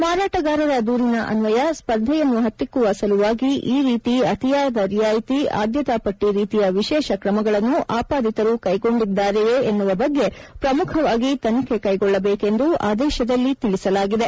ಮಾರಾಟಗಾರರ ದೂರಿನ ಅನ್ವಯ ಸ್ಪರ್ಧೆಯನ್ನು ಹತ್ತಿಕ್ಕುವ ಸಲುವಾಗಿ ಈ ರೀತಿ ಅತಿಯಾದ ರಿಯಾಯಿತಿ ಆದ್ಯತಾ ಪಟ್ಟಿ ರೀತಿಯ ವಿಶೇಷ ಕ್ರಮಗಳನ್ನು ಆಪಾದಿತರು ಕೈಗೊಂಡಿದ್ದಾರೆಯೇ ಎನ್ನುವ ಬಗ್ಗೆ ಪ್ರಮುಖವಾಗಿ ತನಿಖೆ ಕ್ಷೆಗೊಳ್ಳಬೇಕೆಂದು ಆದೇಶದಲ್ಲಿ ತಿಳಿಸಲಾಗಿದೆ